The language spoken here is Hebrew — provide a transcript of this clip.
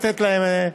לתת להם.